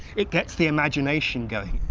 it gets the imagination going,